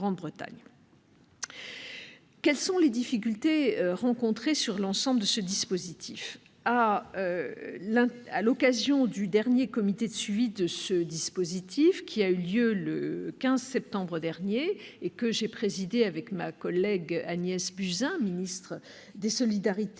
Quelles sont les difficultés rencontrées sur l'ensemble de ce dispositif ?